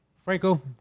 Franco